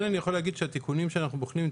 כן אני יכול להגיד שהתיקונים שאנחנו בוחנים הם